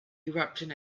eruption